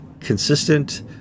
consistent